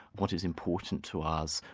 what is important to us,